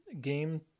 game